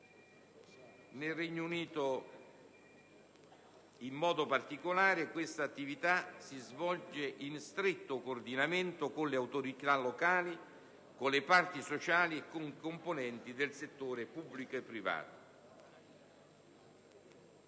del lavoro e delle pensioni. Questa attività si svolge in stretto coordinamento con le autorità locali, con le parti sociali e con i componenti del settore pubblico e privato.